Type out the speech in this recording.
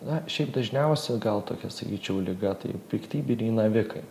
na šiaip dažniausia gal tokia sakyčiau liga tai piktybiniai navikai